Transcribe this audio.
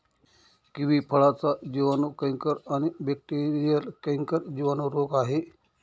kiwi फळाचा जिवाणू canker आणि बॅक्टेरीयल कैंकर जिवाणू रोग आहे